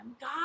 God